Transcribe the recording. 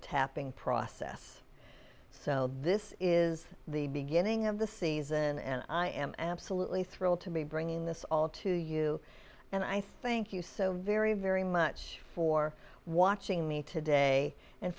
tapping process so this is the beginning of the season and i am absolutely thrilled to be bringing this all to you and i thank you so very very much for watching me today and